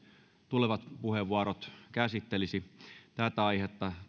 tulevat puheenvuorot käsittelisivät tätä aihetta